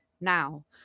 now